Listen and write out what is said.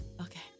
okay